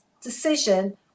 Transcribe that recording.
decision